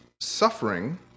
suffering